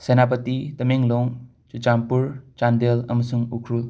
ꯁꯦꯅꯥꯄꯇꯤ ꯇꯃꯦꯡꯂꯣꯡ ꯆꯨꯔꯥꯆꯥꯟꯄꯨꯔ ꯆꯥꯟꯗꯦꯜ ꯑꯃꯁꯨꯡ ꯎꯈ꯭ꯔꯨꯜ